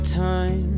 time